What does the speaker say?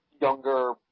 younger